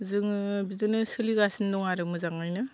जोङो बिदिनो सोलिगासिनो दङ आरो मोजाङैनो